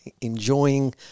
enjoying